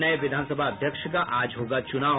नये विधानसभा अध्यक्ष का आज होगा चुनाव